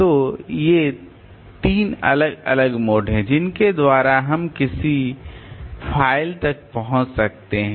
तो ये तीन अलग अलग मोड हैं जिनके द्वारा हम किसी फ़ाइल तक पहुंच सकते हैं